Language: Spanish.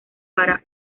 para